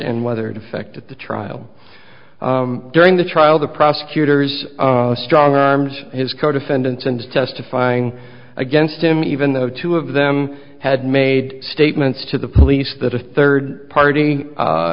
and whether it affected the trial during the trial the prosecutors a strong armed his co defendants and testifying against him even though two of them had made statements to the police that a third party